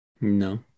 No